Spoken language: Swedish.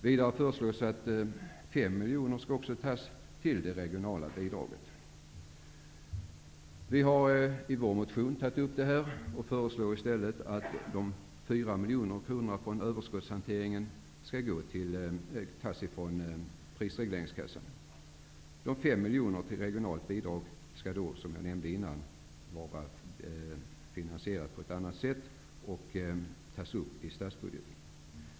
Vidare föreslås att 5 miljoner också skall avsättas för det regionala bidraget. Vi socialdemokrater har tagit upp detta i vår motion och föreslår i stället att de 4 miljoner kronorna till överskottshanteringen skall tas från prisregleringskassan. Det regionala bidraget på 5 miljoner skall då, som jag tidigare nämnde, finansieras på annat sätt och tas upp i statsbudgeten.